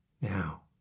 Now